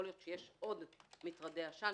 יכול להיות שיש עוד מטרדי עשן,